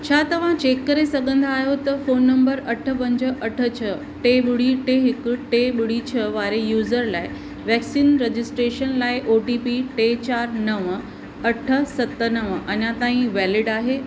छा तव्हां चैक करे सघंदा आहियो त फोन नंबर अठ पंज अठ छ टे ॿुड़ी टे हिकु टे ॿुड़ी छह वारे यूज़र लाइ वैक्सीन रजिस्ट्रेशन लाइ ओ टी पी टे चार नव अठ सत नव अञा ताईं वैलिड आहे